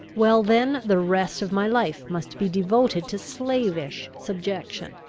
well then, the rest of my life must be devoted to slavish subjection.